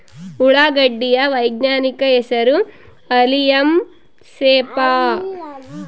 ಉಳ್ಳಾಗಡ್ಡಿ ಯ ವೈಜ್ಞಾನಿಕ ಹೆಸರು ಅಲಿಯಂ ಸೆಪಾ